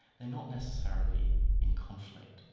they're not necessarily in conflict,